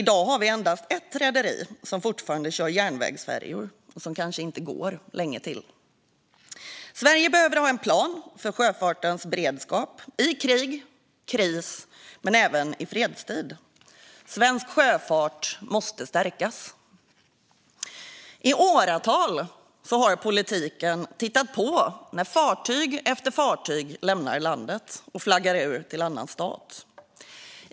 I dag har vi endast ett rederi som fortfarande kör järnvägsfärjor, och det gör det kanske inte länge till. Sverige behöver ha en plan för sjöfartens beredskap i krig men även för kris och i fredstid. Svensk sjöfart måste stärkas. I åratal har politiken tittat på när fartyg efter fartyg har lämnat landet och flaggat ut till annan stat.